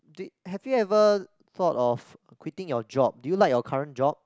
do have you ever thought of quitting your job do you like your current job